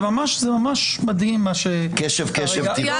זה ממש מדהים מה שכרגע --- קשב קשב תרדוף.